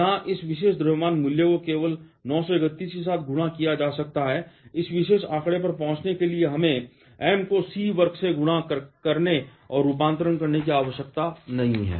यहां इस विशेष द्रव्यमान मूल्य को केवल 931 के साथ गुणा किया जा सकता है इस विशेष आंकड़े पर पहुंचने के लिए हमें m को c वर्ग से गुणा करने और रूपांतरण प्राप्त करने की आवश्यकता नहीं है